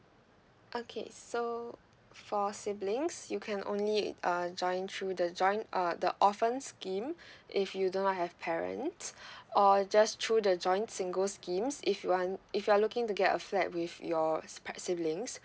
okay so for siblings you can only uh join through the joint uh the orphan scheme if you do not have parents or just through the joint singles schemes if you want if you are looking to get a flat with your siblings